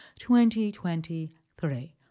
2023